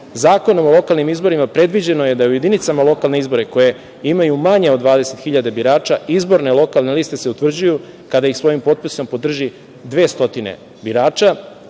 notara. Zakonom o lokalnim izborima predviđeno je da u jedinicama lokalne izbore, koje imaju manje od 20.000 birača, izborne lokalne liste se utvrđuju kada ih svojim potpisom podrži 200 birača.